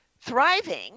thriving